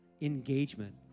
engagement